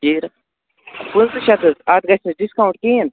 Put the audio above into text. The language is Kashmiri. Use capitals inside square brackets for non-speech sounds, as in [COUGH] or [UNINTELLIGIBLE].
[UNINTELLIGIBLE] پٕنژٕ شَتھ حظ اَتھ گژھِ نہ ڈِسکاوُنٹ کِہیٖنۍ